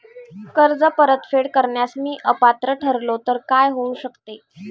कर्ज परतफेड करण्यास मी अपात्र ठरलो तर काय होऊ शकते?